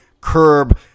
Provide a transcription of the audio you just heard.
curb